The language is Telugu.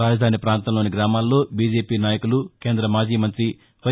రాజధాని ప్రాంతంలోని గ్రామాల్లో బీజేపీ నాయకులు కేంద మాజీ మంత్రి వై